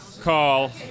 call